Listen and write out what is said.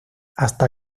hasta